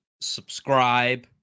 subscribe